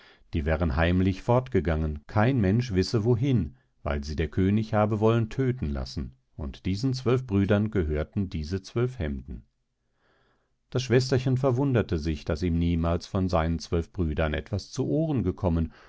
die wären heimlich fortgegangen kein mensch wisse wohin weil sie der könig habe wollen tödten lassen und diesen zwölf brüdern gehörten diese zwölf hemder das schwesterchen verwunderte sich daß ihm niemals von seinen zwölf brüdern etwas zu ohren gekommen